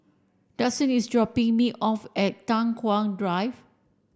Daxton is dropping me off at Tai Hwan Drive